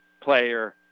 player